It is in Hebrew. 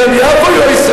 גם יפו היא לא ישראלית.